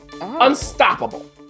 Unstoppable